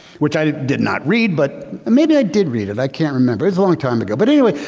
which i did did not read, but maybe i did read it. i can't remember it's a long time ago. but anyway,